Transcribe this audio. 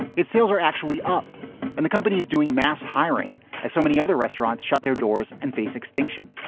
its sales are actually up and the company is doing mass hiring as so many other restaurants shut their doors and face extinction.